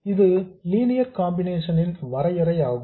இது linear combination னின் வரையறை ஆகும்